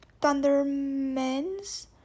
Thunderman's